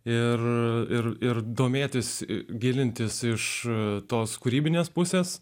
ir ir domėtis gilintis iš tos kūrybinės pusės